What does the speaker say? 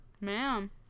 ma'am